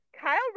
Kyle